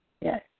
Yes